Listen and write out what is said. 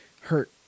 hurt